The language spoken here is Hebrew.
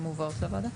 מובאות לוועדה.